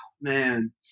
man